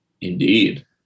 Indeed